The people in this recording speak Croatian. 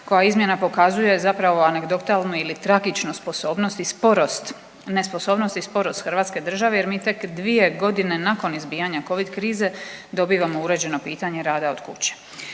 koja izmjena pokazuje zapravo anegdotalnu ili tragičnu sposobnost i sporost, nesposobnost i sporost hrvatske države jer mi tek 2.g. nakon izbijanja covid krize dobivamo uređeno pitanje rada od kuće.